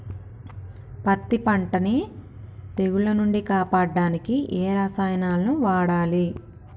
పత్తి పంటని తెగుల నుంచి కాపాడడానికి ఏ రసాయనాలను వాడాలి?